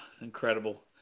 Incredible